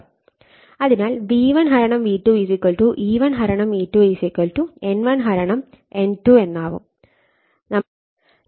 അതിനാൽ V1 V2 E1 E2 N1 N2 എന്നാവും